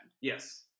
Yes